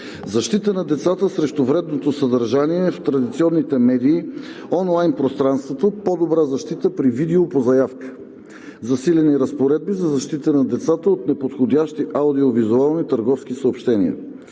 защита на децата срещу вредното съдържание в традиционните медии, онлайн пространството, по-добра защита при видео по заявка; - засилени разпоредби за защита на децата от неподходящи аудиовизуални търговски съобщения;